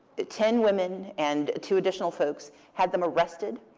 ten women and two additional folks, had them arrested.